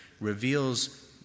reveals